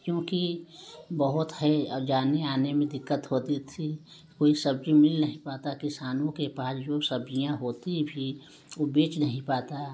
क्योंकि बहुत है जाने आने में दिक्कत होती थी कोई सब्ज़ी मिल नहीं पाता किसानों के पास जो सब्ज़ियाँ होती भी वह बेच नहीं पाता